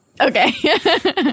Okay